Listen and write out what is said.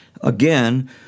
Again